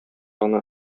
гына